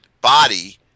body